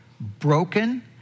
broken